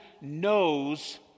knows